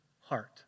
heart